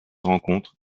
rencontres